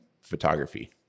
photography